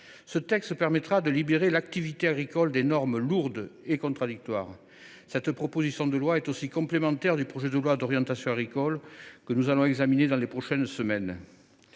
et permettra de libérer l’activité agricole de normes lourdes et contradictoires. Elle est aussi complémentaire du projet de loi d’orientation agricole que nous allons examiner dans les prochaines semaines